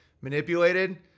manipulated